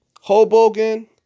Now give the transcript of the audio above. Hoboken